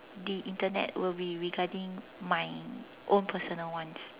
the Internet will be regarding my own personal ones